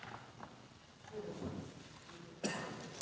Hvala.